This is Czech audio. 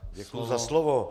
Děkuji za slovo.